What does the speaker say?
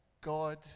God